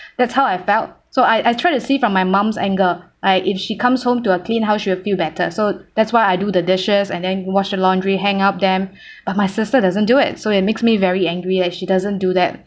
that's how I felt so I I try to see from my mum's angle right if she comes home to a clean house she will feel better so that's why I do the dishes and then wash the laundry hang up them but my sister doesn't do it so it makes me very angry that she doesn't do that